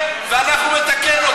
אתם קשקשנים, אתם מסיתנים.